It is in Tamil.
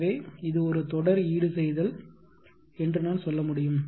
எனவே இது ஒரு தொடர் ஈடுசெய்தல் என்று நான் சொல்ல முடியும்